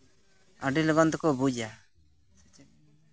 ᱟᱹᱰᱤ ᱞᱚᱜᱚᱱ ᱛᱮᱠᱚ ᱵᱩᱡᱟ